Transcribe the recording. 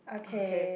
okay